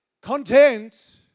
content